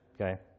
Okay